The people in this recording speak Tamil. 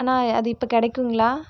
அண்ணா அது இப்போ கிடைக்குங்களா